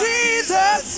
Jesus